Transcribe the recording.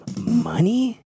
money